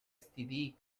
std